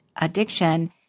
addiction